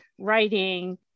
writing